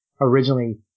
originally